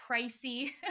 pricey